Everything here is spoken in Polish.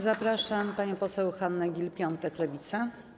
Zapraszam panią poseł Hannę Gill-Piątek, Lewica.